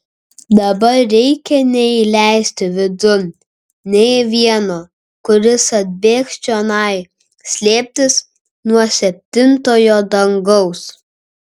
dabar reikia neįleisti vidun nė vieno kuris atbėgs čionai slėptis nuo septintojo dangaus